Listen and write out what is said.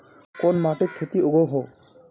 कोन माटित खेती उगोहो?